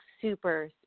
super